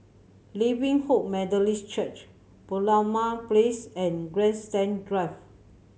Living Hope Methodist Church Merlimau Place and Grandstand Drive